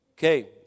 Okay